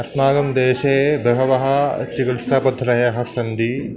अस्माकं देशे बह्व्यः चिकित्सापद्धतयः सन्ति